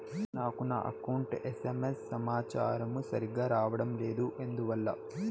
నాకు నా account SMS సమాచారము సరిగ్గా రావడం లేదు ఎందువల్ల?